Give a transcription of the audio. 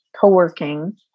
co-working